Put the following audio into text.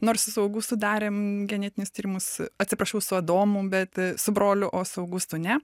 nors su augustu darėm genetinius tyrimus atsiprašau su adomu bet su broliu o su augustu ne